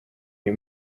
uyu